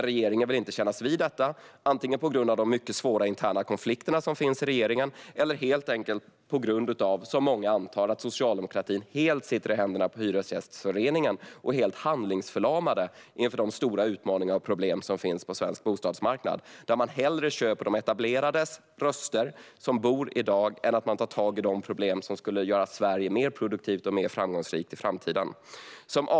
Regeringen vill dock inte kännas vid detta, antingen på grund av de mycket svåra interna konflikter som finns i regeringen eller på grund av att socialdemokratin, så som många antar, helt sitter i händerna på Hyresgästföreningen och är helt handlingsförlamad inför de stora utmaningar och problem som finns på svensk bostadsmarknad. Man köper hellre de etablerades röster - de som i dag har bostad - än att tag i problem. Om man löste dem skulle Sverige bli mer produktivt och framgångsrikt i framtiden.